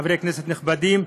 חברי כנסת נכבדים,